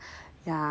对 yeah